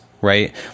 right